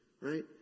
right